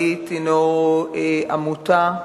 הינו עמותה,